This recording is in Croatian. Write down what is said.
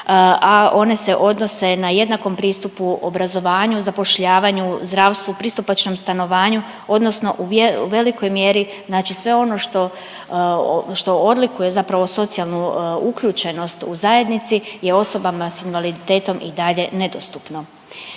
a one se odnose na jednakom pristupu obrazovanju, zapošljavanju, zdravstvu, pristupačnom stanovanju odnosno u velikoj mjeri znači sve ono što, što odlikuje zapravo socijalnu uključenost u zajednici je osobama s invaliditetom i dalje nedostupno.